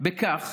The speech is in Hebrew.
בכך